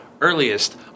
earliest